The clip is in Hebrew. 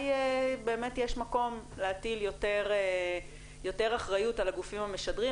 באמת יש מקום להטיל יותר אחריות על הגופים המשדרים,